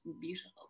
beautiful